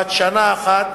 בת שנה אחת,